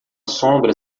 sombra